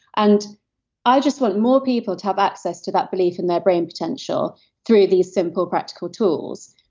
and i just want more people to have access to that belief in their brain potential through these simple practical tools.